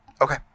Okay